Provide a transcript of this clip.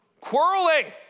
quarreling